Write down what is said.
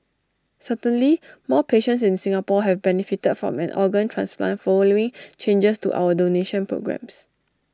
certainly more patients in Singapore have benefited from an organ transplant following changes to our donation programmes